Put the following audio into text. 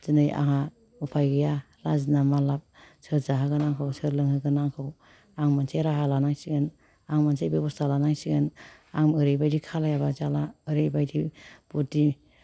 दिनै आंहा उफाय गैया लाजिना मा लाब सोर जाहोगोन आंखौ सोर लोंहोगोन आंखौ आं मोनसे राहा लानांसिगोन आं मोनसे बेब'स्था लानांसिगोन आं ओरैबायदि खालामाबा जाला ओरैबायदि बुद्दि